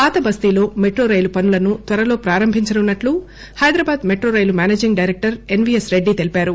పాత బస్తీలో మెట్రో రైలు పనులను త్వరలో ప్రారంభించనున్నట్లు హైదరాబాద్ మెట్రో రైలు managing director S V S Reddy తెలిపారు